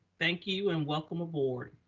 thank you. and welcome aboard